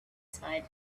side